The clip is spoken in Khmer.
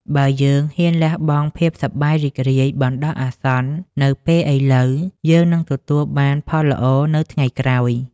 បើយើងហ៊ានលះបង់ភាពសប្បាយរីករាយបណ្ដោះអាសន្ននៅពេលឥឡូវ យើងនឹងទទួលបានផលល្អនៅថ្ងៃក្រោយ។